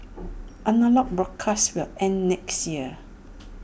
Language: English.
analogue broadcasts will end next year